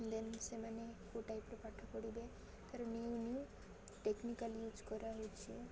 ଦେନ୍ ସେମାନେ କୋଉ ଟାଇପ୍ର ପାଠ ପଢ଼ିବେ ତାର ନିୟୁ ନିୟୁ ଟେକ୍ନିକାଲ ୟୁଜ୍ କରାହଉଛି